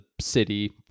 city